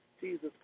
Jesus